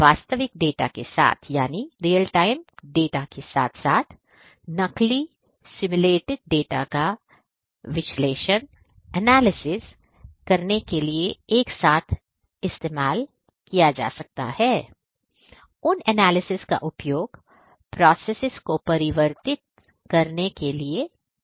वास्तविक डेटा के साथ साथ नकली सिम्युलेटेड डेटा का विश्लेषणanalysis करने के लिए एक साथ इस्तेमाल किया जा सकता है उस एनालिसिस का उपयोग प्रोसेसेस को परिवर्तित करने के लिए किया जा सकता है